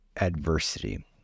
adversity